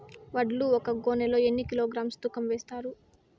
వడ్లు ఒక గోనె లో ఎన్ని కిలోగ్రామ్స్ తూకం వేస్తారు?